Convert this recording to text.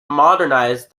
modernize